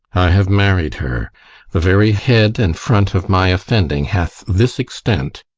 have married her the very head and front of my offending hath this extent,